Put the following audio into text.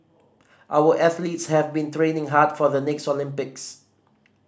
our athletes have been training hard for the next Olympics